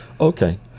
Okay